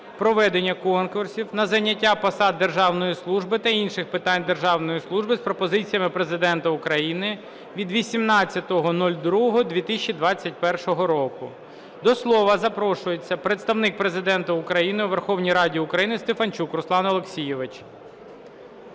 проведення конкурсів на зайняття посад державної служби та інших питань державної служби" з пропозиціями Президента України від 18.02.2021. До слова запрошується Представник Президента України у Верховній Раді України Стефанчук Руслан Олексійович.